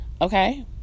Okay